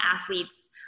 athletes